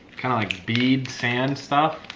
kind of like, beads, sand stuff.